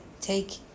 Take